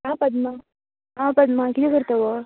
आं पद्मा आं पद्मा कितें करता गो